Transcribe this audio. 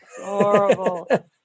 horrible